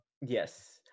Yes